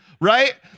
right